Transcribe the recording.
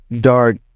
dark